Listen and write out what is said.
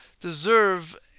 deserve